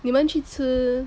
你们去吃